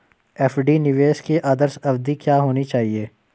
FD निवेश की आदर्श अवधि क्या होनी चाहिए?